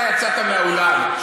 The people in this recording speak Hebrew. לא, אתה יצאת מהאולם.